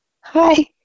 Hi